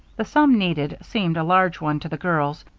the sum needed seemed a large one to the girls,